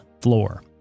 floor